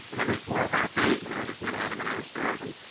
but every four or five days when i was a kid, i had to go downstairs and,